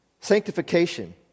Sanctification